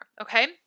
Okay